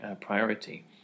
priority